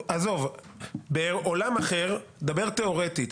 בעולם אחר, נדבר תיאורטית,